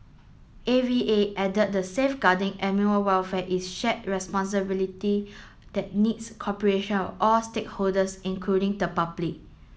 A V A added the safeguarding animal welfare is shared responsibility that needs cooperation of all stakeholders including the public